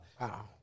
Wow